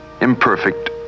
imperfect